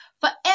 forever